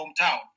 hometown